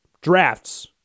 drafts